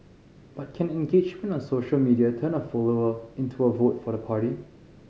but can engagement on social media turn a follower into a vote for the party